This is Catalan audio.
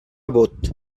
bot